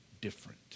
different